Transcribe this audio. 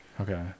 Okay